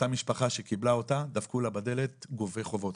אותה משפחה שקיבלה אותה, דפקו לה בדלת גובי חובות.